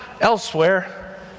elsewhere